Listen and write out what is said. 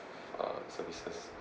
uh services